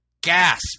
Gasp